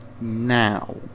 now